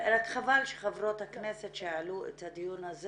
רק חבל שחברות הכנסת שהעלו את הדיון הזה